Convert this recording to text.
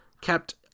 Kept